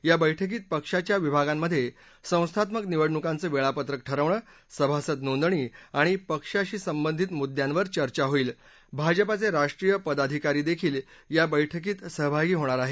या बैठकीत पक्षाच्या विभागांमधे संस्थात्मक निवडणूकांचे वेळापत्रक ठरवणं सभासद नोंदणी आणि पक्षाशी संबधीत मुद्यावर चर्चा होईल भाजपाचे राष्ट्रीय पदाधिकारीही या बैठकीत सहभागी होतील